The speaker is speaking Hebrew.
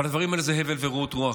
הדברים הללו הם הבל ורעות רוח,